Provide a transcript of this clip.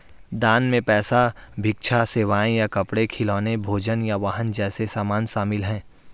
दान में पैसा भिक्षा सेवाएं या कपड़े खिलौने भोजन या वाहन जैसे सामान शामिल हैं